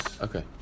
Okay